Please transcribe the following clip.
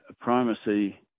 primacy